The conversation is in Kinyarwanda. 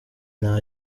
nta